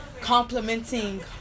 complimenting